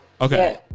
okay